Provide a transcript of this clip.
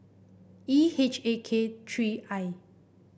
E H A K three I